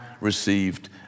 received